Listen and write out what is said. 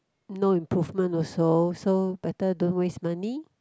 no improvement also so better don't waste money